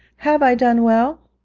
have i done well